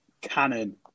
Cannon